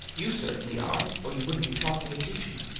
you certainly are, or you wouldn't be talking of teaching.